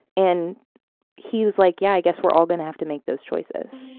and he was like yeah i guess we're all going to have to make those choices.